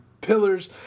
pillars